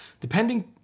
Depending